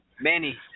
Manny